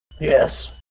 Yes